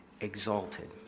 exalted